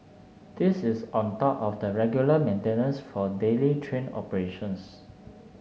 this is on top of the regular maintenance for daily train operations